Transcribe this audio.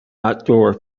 outdoor